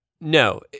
no